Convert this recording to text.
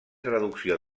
traducció